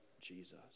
Jesus